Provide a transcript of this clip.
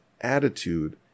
attitude